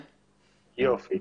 יופי.